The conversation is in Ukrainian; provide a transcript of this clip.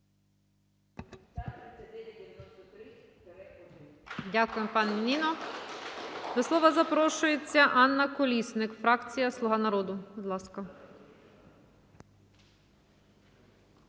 Дякую, пані Ніно. До слова запрошується Анна Колісник, фракція "Слуга народу".